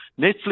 Netflix